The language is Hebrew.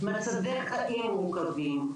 מצבי חיים מורכבים,